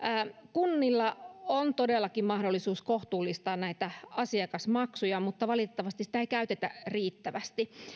kunnilla on todellakin mahdollisuus kohtuullistaa näitä asiakasmaksuja mutta valitettavasti sitä ei käytetä riittävästi